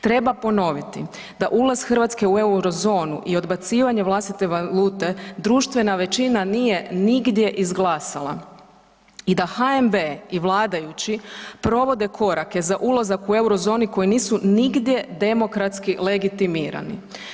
Treba ponoviti da ulaz Hrvatske u Eurozonu i odbacivanje vlastite valute društvena većina nije nigdje izglasala i da HNB i vladajući provode korake za ulazak u Eurozonu koji nisu nigdje demokratski legitimirani.